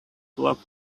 locked